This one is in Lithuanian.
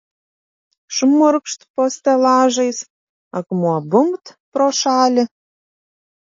šmurkšt po stelažais akmuo bumbt pro šalį